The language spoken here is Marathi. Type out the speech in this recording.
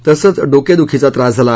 तसंच डोकेदुखीचा त्रास झाला